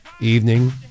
evening